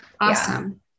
awesome